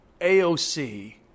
AOC